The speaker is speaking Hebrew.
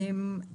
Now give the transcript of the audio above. אינטראקטיביות,